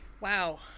Wow